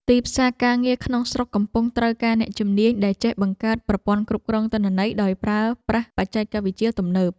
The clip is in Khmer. ទីផ្សារការងារក្នុងស្រុកកំពុងត្រូវការអ្នកជំនាញដែលចេះបង្កើតប្រព័ន្ធគ្រប់គ្រងទិន្នន័យដោយប្រើប្រាស់បច្ចេកវិទ្យាទំនើប។